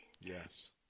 Yes